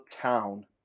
Town